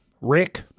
rick